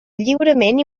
lliurement